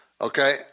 Okay